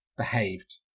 Behaved